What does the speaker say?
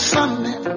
Sunday